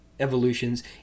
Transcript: Evolutions